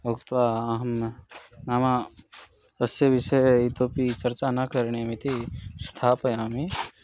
उक्त्वा अहं नाम अस्य विषये इतोऽपि चर्चा न करणीयम् इति स्थापयामि